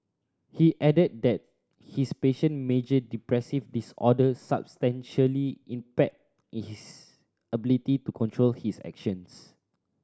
he added that his patient major depressive disorder substantially impaired his ability to control his actions